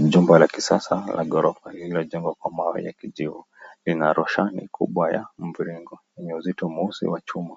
Mjengo wa kisasa la ghorofa lililojengwa kwa mawe ya kijiwe lina roshani kubwa ya mviringo yenye uzito mweusi wa chuma.